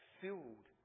filled